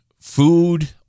food